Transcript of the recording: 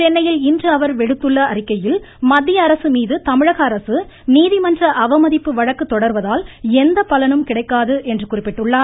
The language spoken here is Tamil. சென்னையில் இன்று அவர் விடுத்துள்ள அறிக்கையில் மத்திய அரசு மீது தமிழக அரசு நீதிமன்ற அவமதிப்பு வழக்கு தொடர்வதால் எந்த பலனும் கிடைக்காது என்று குறிப்பிட்டுள்ளார்